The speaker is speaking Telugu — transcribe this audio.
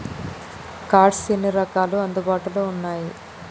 కార్డ్స్ ఎన్ని రకాలు అందుబాటులో ఉన్నయి?